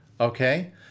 okay